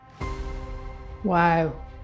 Wow